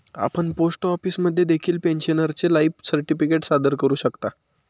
आपण पोस्ट ऑफिसमध्ये देखील पेन्शनरचे लाईफ सर्टिफिकेट सादर करू शकता